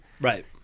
right